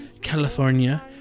California